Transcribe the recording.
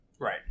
Right